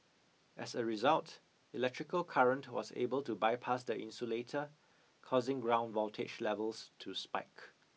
as a result electrical current was able to bypass the insulator causing ground voltage levels to spike